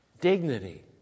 Dignity